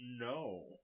No